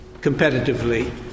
competitively